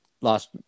last